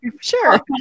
Sure